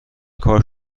کار